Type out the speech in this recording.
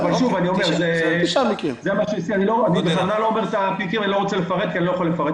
אני בכוונה לא אומר --- אני לא רוצה לפרט כי אני לא יכול לפרט,